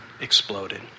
exploded